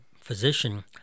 physician